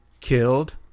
killed